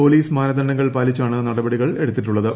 police മാനദണ്ഡങ്ങൾ പാലിച്ചാണ് നടപടികൾ എടുത്തിട്ടുള്ളത്